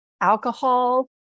alcohol